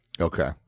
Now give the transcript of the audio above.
Okay